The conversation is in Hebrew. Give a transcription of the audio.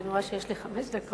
כי אני רואה שיש לי חמש דקות,